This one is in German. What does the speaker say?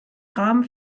rahmen